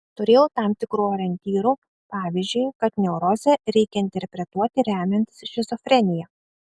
turėjau tam tikrų orientyrų pavyzdžiui kad neurozę reikia interpretuoti remiantis šizofrenija